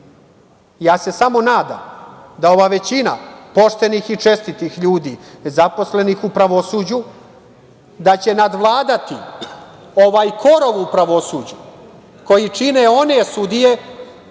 Samo se nadam da ova većina poštenih i čestitih ljudi, zaposlenih u pravosuđu, da će nadvladati ovaj korov u pravosuđu koji čine one sudije